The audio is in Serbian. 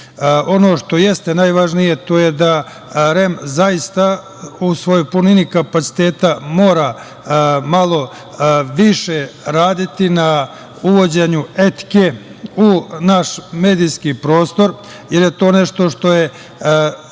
što jeste najvažnije jeste da REM u svom punom kapacitetu mora malo više raditi na uvođenju etike u naš medijski prostor, jer je to nešto što je